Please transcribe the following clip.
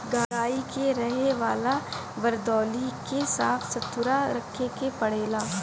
गाई के रहे वाला वरदौली के साफ़ सुथरा रखे के पड़ेला